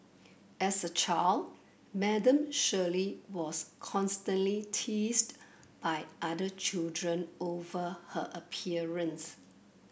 as a child Madam Shirley was constantly teased by other children over her appearance